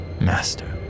Master